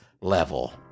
level